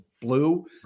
blue